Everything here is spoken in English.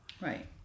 right